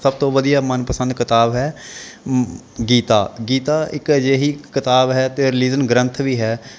ਸਭ ਤੋਂ ਵਧੀਆ ਮਨ ਪਸੰਦ ਕਿਤਾਬ ਹੈ ਗੀਤਾ ਗੀਤਾ ਇੱਕ ਅਜਿਹੀ ਕਿਤਾਬ ਹੈ ਅਤੇ ਰਿਲੀਜ਼ਨ ਗ੍ਰੰਥ ਵੀ ਹੈ